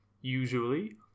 Usually